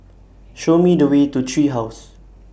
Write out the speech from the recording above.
Show Me The Way to Tree House